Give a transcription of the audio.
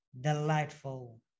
delightful